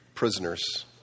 Prisoners